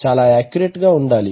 చాలా యాక్యురేట్ గా ఉండాలి